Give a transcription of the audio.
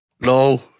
No